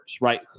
right